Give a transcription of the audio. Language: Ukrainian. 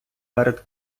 перед